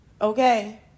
Okay